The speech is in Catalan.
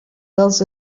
dels